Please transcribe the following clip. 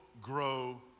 grow